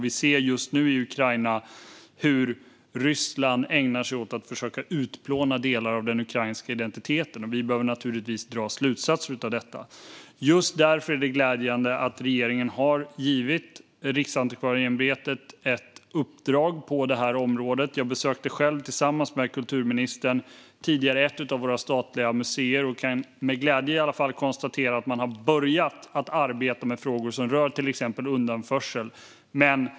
I Ukraina ser vi hur Ryssland ägnar sig åt att försöka utplåna delar av den ukrainska identiteten, och vi behöver givetvis dra slutsatser av detta. Just därför är det glädjande att regeringen har givit Riksantikvarieämbetet ett uppdrag på detta område. Jag och kulturministern besökte tillsammans ett av våra statliga museer, och jag kunde då med glädje konstatera att man där hade börjat arbeta med frågor om till exempel undanförsel.